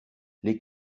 les